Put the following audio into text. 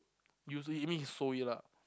used he it mean he sold it lah